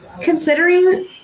considering